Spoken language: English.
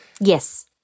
Yes